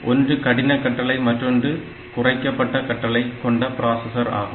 ஒன்று கடின கட்டளை மற்றொன்று குறைக்கப்பட்ட கட்டளை கொண்ட பிராசஸர் ஆகும்